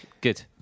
good